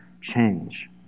change